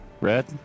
Red